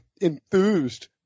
enthused